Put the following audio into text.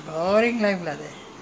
I and ah ma will stay home